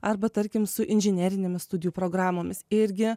arba tarkim su inžinerinėmis studijų programomis irgi